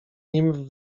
nim